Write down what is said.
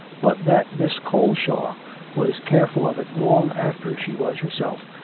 but that miss coleshaw was careful of it long after she was herself,